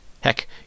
Heck